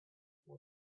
пур